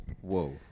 Whoa